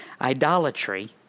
Idolatry